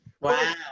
Wow